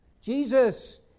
Jesus